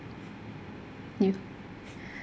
you